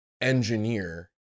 engineer